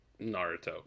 Naruto